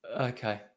okay